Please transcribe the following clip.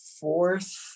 fourth